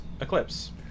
Eclipse